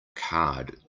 card